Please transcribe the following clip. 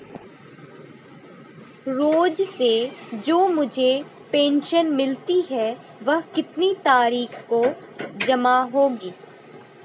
रोज़ से जो मुझे पेंशन मिलती है वह कितनी तारीख को जमा होगी?